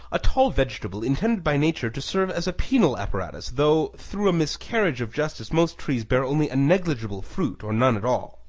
a tall vegetable intended by nature to serve as a penal apparatus, though through a miscarriage of justice most trees bear only a negligible fruit, or none at all.